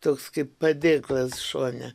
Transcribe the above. toks kaip padėklas šone